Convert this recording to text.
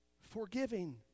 forgiving